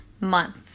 month